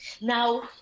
Now